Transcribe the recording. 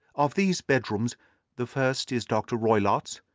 of these bedrooms the first is dr. roylott's,